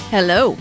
Hello